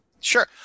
Sure